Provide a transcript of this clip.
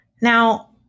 Now